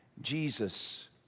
Jesus